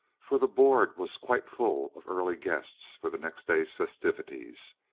for the board was quite full of early guests for the next day's festivities.